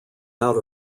out